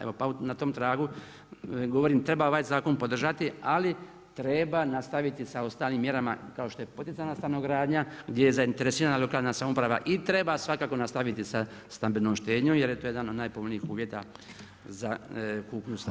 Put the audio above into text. Evo pa na tom tragu, govorim treba ovaj zakon podržati, ali treba nastaviti sa ostalim mjerama kao što je poticajna stanogradnja gdje je zainteresirana lokalna samouprava i treba svakako nastaviti sa stambenom štednjom jer je to jedan od najpovoljnijih uvjeta za kupnju stanova.